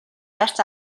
барьц